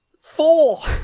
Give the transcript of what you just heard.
Four